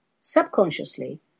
subconsciously